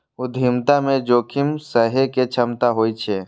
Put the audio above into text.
उद्यमिता मे जोखिम सहय के क्षमता होइ छै